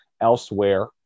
elsewhere